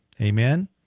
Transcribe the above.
Amen